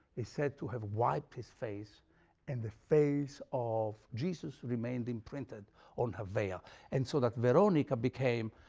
is said to have wiped his face and the face of jesus remained imprinted on her veil and so that veronica became